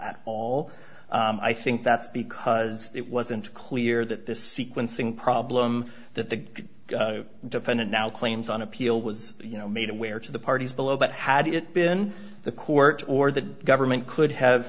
at all i think that's because it wasn't clear that this sequencing problem that the defendant now claims on appeal was you know made aware to the parties below but had it been the court or the government could have